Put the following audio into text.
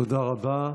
תודה רבה.